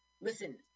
Listen